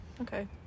Okay